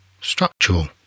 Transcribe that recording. structural